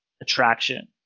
attraction